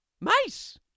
Mice